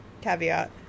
caveat